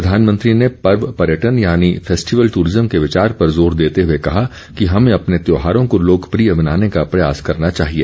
प्रधानमंत्री ने पर्व पर्यटन यानी फेस्टिवल ट्ररिज्म के विचार पर जोर देते हुए कहा कि हमें अपने त्यौहारों को लोकप्रिय बनाने का प्रयास करना चाहिए